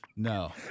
No